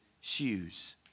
shoes